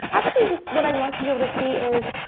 actually, just what i want to be able to see is,